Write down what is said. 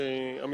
תודה רבה,